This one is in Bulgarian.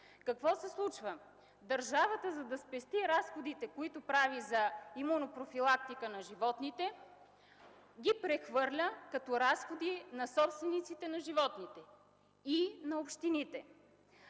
Какво се случва? Държавата, за да спести разходите, които прави за имунопрофилактика на животните, ги прехвърля като разходи на собствениците на животните и на общините.